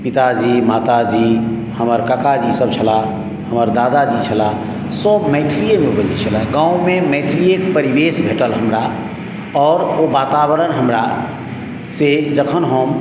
पिताजी माताजी हमर काकाजी सब छलाह हमर दादाजी छलाह सब मैथिलियेमे बजै छलाह गाँवमे मैथिलिये परिवेश भेटल हमरा आओर ओ वातावरण हमरासँ जखन हम